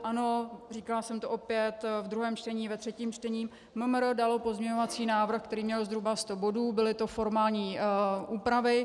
Ano, říkala jsem to opět ve druhém čtení, ve třetím čtení, MMR dalo pozměňovací návrh, který měl zhruba sto bodů, byly to formální úpravy.